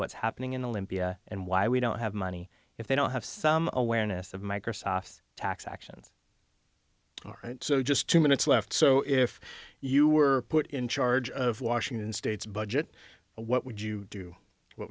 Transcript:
what's happening in olympia and why we don't have money if they don't have some awareness of microsoft's tax actions or just two minutes left so if you were put in charge of washington state's budget what would you do what